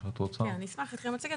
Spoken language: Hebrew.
כן, אני אשמח להתחיל במצגת.